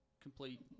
complete